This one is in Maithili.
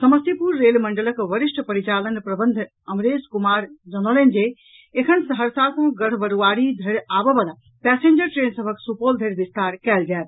समस्तीपुर रेल मंडलक वरिष्ठ परिचालन प्रबंधक अमरेश कुमार जनौलनि जे एखन सहरसा सँ गढ़बरूआरी धरि आबऽ वला पैंसेजर ट्रेन सभक सुपौल धरि विस्तार कयल जायत